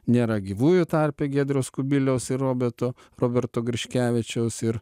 nėra gyvųjų tarpe giedriaus kubiliaus ir robeto roberto griškevičiaus ir